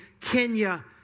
Kenya